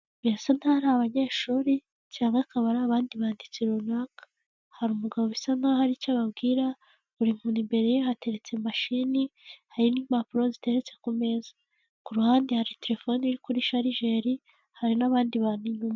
Birasa naho ari abanyeshuri cyangwa akaba ari abandi banditsi runaka, hari umugabo bisa naho hari icyo ababwira, buri muntuni imbere ye hateretse mashini, hari n'impapuro zitetse ku meza. Ku ruhande hari telefone iri kuri sharigeri, hari n'abandi bantu inyuma.